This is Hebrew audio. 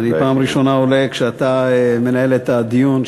אני פעם ראשונה עולה כשאתה מנהל את הדיון.